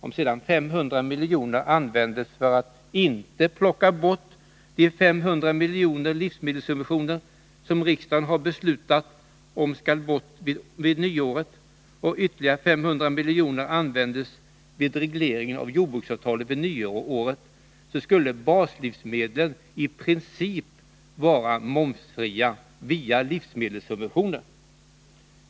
Om sedan 500 miljoner användes för att inte plocka bort de 500 miljoner i livsmedelssubventioner som riksdagen har beslutat om skall bort vid nyåret och ytterligare 500 miljoner användes vid regleringen av jordbruksavtalet vid nyåret, så skulle baslivsmedleni princip vara momsfria via livsmedelssubventioner.